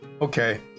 okay